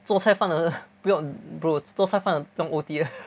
做菜饭的不用 bro 做菜饭的不用 O_T 的